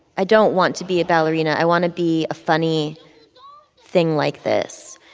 i don't want to be a ballerina. i want to be a funny thing like this.